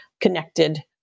connected